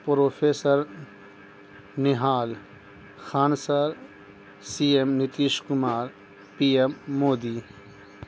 professor Nihal Khan sir C M Nitish Kumar P M Modi